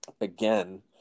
again